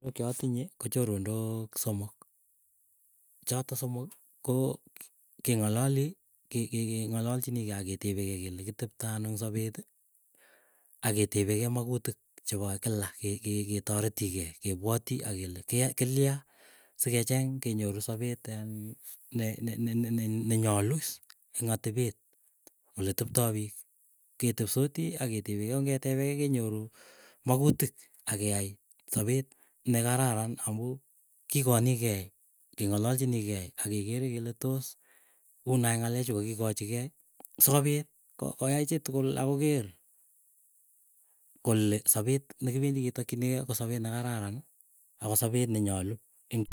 Chotinye kochoronok somok choto somok ko keng'alali. Kengalalchinigei aketepekei kela kiteptoi anoo ing sopeti aketepekei makutik. Chepo kila ketoreti kei kepwatii akele kia kilyaa sigecheng kenyoru sopet en ne neneyalu iis eng atepet. Oleteptoi piik, ketepsotii aketepekei kongetepekei kenyoru, makutik akeyai sopet nekararan amuu kikonigei keng'alalchinigei akekere kele toos. Unai ng'alechu kokikochi kei, sokopit ko koyai chitukul, akoker kole sapet nekipendii ketakchinikei ko sapet nekararani ako sapet nenyalu ek.